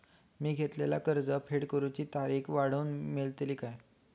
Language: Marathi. मी घेतलाला कर्ज फेड करूची तारिक वाढवन मेलतली काय?